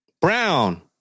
Brown